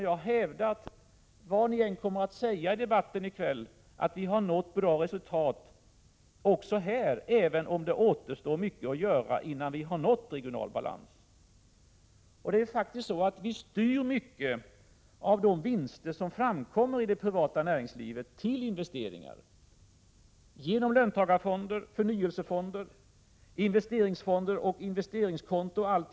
Jag hävdar, oavsett vad ni kommer att säga i debatten i kväll, att vi har uppnått bra resultat också i fråga om detta, även om mycket återstår att göra innan vi har uppnått regional balans. Vi styr faktiskt i hög grad de vinster som görs i det privata näringslivet till investeringar genom löntagarfonder, förnyelsefonder, investeringsfonder, investeringskonton och annat.